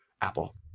apple